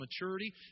maturity